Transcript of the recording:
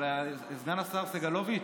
אבל, סגן השר סגלוביץ',